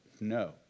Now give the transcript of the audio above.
no